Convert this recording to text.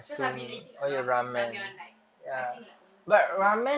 because I've been eating ram~ ramyeon like I think like almost everyday